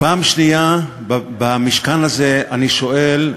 פעם שנייה במשכן הזה אני שואל,